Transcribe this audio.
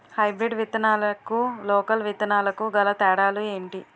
Hybrid విత్తనాలకు local విత్తనాలకు గల తేడాలు ఏంటి?